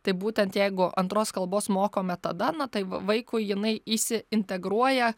tai būtent jeigu antros kalbos mokome tada na tai vaikui jinai įsiintegruoja